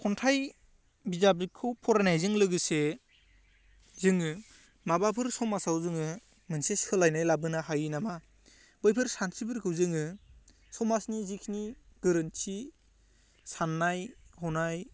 खन्थाइ बिजाबखौ फरायनायजों लोगोसे जोङो माबाफोर समाजाव जोङो मोनसे सोलायनाय लाबोनो हायो नामा बैफोर सान्स्रिफोरखौ जोङो समाजनि जिखिनि गोरोन्थि सान्नाय हनाय